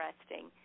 interesting